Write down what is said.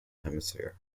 hemisphere